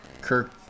Kirk